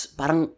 parang